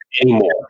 anymore